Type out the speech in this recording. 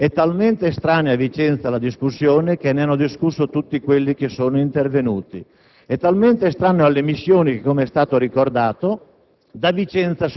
ma sono totalmente in dissenso con la sua decisione e con la volontà dei Capigruppo che l'ha ispirata. La ritengo un errore,